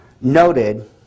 noted